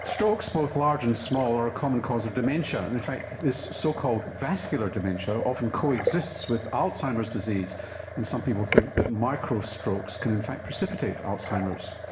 strokes, both large and small are a common cause of dementia, and in fact this so-called vascular dementia often coexists with alzheimer's disease and some people think that micro strokes can in fact precipitate alzheimer's.